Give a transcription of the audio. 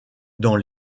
dans